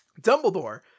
dumbledore